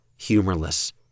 humorless